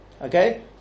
Okay